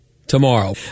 tomorrow